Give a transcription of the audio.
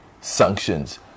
sanctions